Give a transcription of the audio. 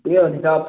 ଟିକେ ଅଧିକା ଅଫର